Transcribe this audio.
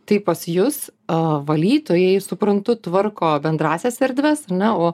tai pas jus o valytojai suprantu tvarko bendrąsias erdves na o